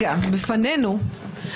נמצא ופועל בתור שופט.